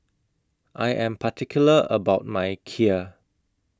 I Am particular about My Kheer